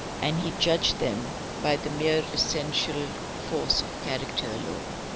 and he judged them by the mere essential force of character alone.